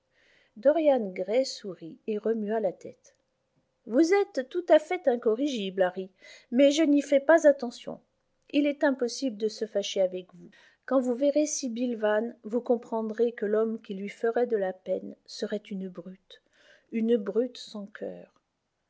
dorian gray sourit et remua la tête vous êtes tout à fait incorrigible harry mais je n'y fais pas attention il est impossible de se fâcher avec vous quand vous verrez sibyl yane vous comprendrez que l'homme qui lui ferait de la peine serait une brute une brute sans cœur